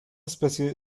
especie